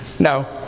No